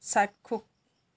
চাক্ষুষ